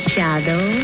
Shadow